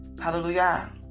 Hallelujah